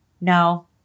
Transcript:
No